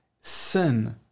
sin